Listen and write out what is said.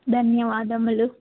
ధన్యవాదములు